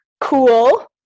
cool